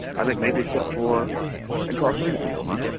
i think maybe except for incarcerated people, huh?